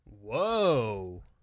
Whoa